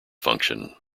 function